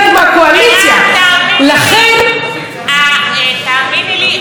מירב, תאמיני לי, אל יתהלל.